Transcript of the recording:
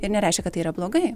ir nereiškia kad tai yra blogai